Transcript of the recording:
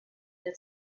der